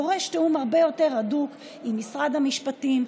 דורש תיאום הרבה יותר הדוק עם משרד המשפטים,